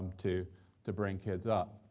to to bring kids up.